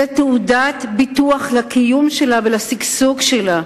זו תעודת ביטוח לקיום שלה ולשגשוג שלה.